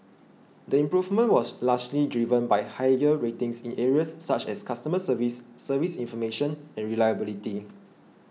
the improvement was largely driven by higher ratings in areas such as customer service service information and reliability